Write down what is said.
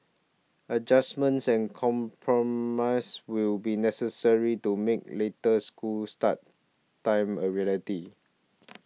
adjustments and compromise will be necessary to make later school start times a reality